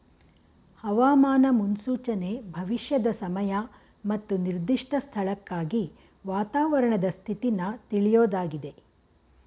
ಹವಾಮಾನ ಮುನ್ಸೂಚನೆ ಭವಿಷ್ಯದ ಸಮಯ ಮತ್ತು ನಿರ್ದಿಷ್ಟ ಸ್ಥಳಕ್ಕಾಗಿ ವಾತಾವರಣದ ಸ್ಥಿತಿನ ತಿಳ್ಯೋದಾಗಿದೆ